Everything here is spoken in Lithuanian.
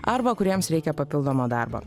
arba kuriems reikia papildomo darbo